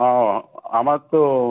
ও আমার তো